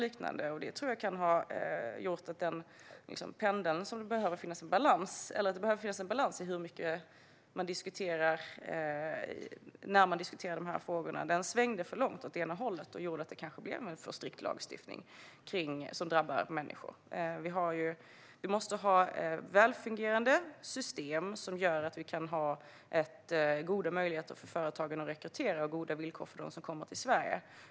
Jag tror att detta kan ha gjort att pendeln svängde för långt åt ena hållet så att vi kanske fick en för strikt lagstiftning, som drabbar människor. Det måste finnas en balans när man diskuterar dessa frågor. Vi måste ha välfungerande system som ger goda möjligheter för företagen att rekrytera och goda villkor för dem som kommer till Sverige.